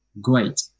Great